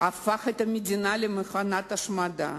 הפך את המדינה למכונת השמדה,